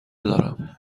دارم